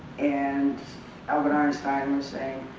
and albert einstein would say,